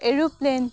aeroplane